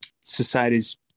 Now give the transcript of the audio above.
society's